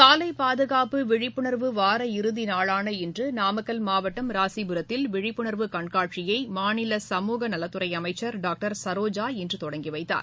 சாலை பாதுகாப்பு விழிப்புணர்வ வார இறுதி நாளான இன்று நாமக்கல் மாவட்டம் ராசிபுரத்தில் விழிப்புணர்வு கண்காட்சியை மாநில சமூக நலத்துறை அமைச்சர் டாக்டர் சரோஜா இன்று தொடங்கி வைத்தார்